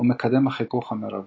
ומקדם החיכוך המרבי.